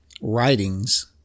Writings